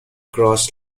cross